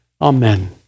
Amen